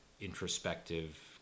introspective